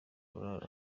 choir